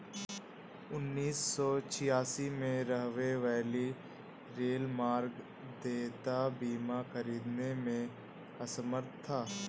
उन्नीस सौ छियासी में, राहवे वैली रेलमार्ग देयता बीमा खरीदने में असमर्थ था